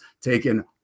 taken